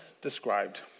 described